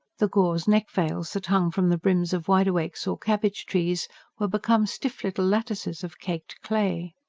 the gauze neck-veils that hung from the brims of wide-awakes or cabbage-trees were become stiff little lattices of caked clay.